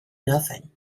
nothing